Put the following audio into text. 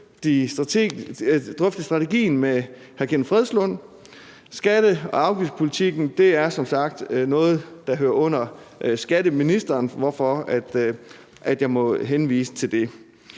at drøfte strategien med hr. Kenneth Fredslund Petersen. Skatte- og afgiftspolitikken er som sagt noget, der hører under skatteministeren, hvorfor jeg må henvise til ham.